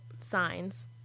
signs